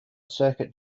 circuit